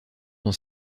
dans